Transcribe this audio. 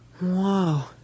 Wow